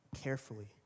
carefully